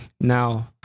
now